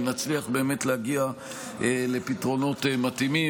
אם נצליח להגיע לפתרונות מתאימים,